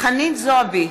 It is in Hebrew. חנין זועבי,